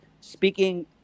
speaking